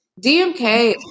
DMK